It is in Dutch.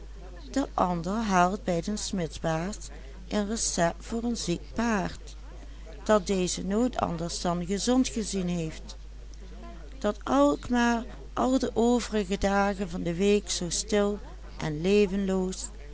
dat deze nooit anders dan gezond gezien heeft dat alkmaar al de overige dagen van de week zoo stil en